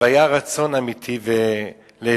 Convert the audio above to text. והיה רצון אמיתי להסדר.